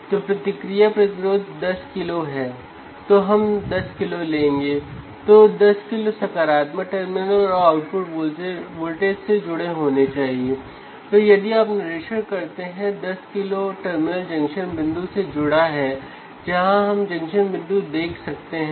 यह हम instrumentation amplifier के इनपुट पर लगा रहे हैं क्या आप इसे कनेक्ट कर सकते हैं